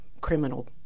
criminal